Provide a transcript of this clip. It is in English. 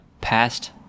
past